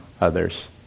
others